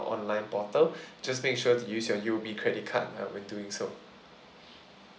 online portal just make sure to use your U_O_B credit card uh when doing so